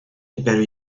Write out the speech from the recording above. imperio